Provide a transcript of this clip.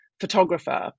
photographer